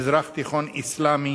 מזרח תיכון אסלאמי,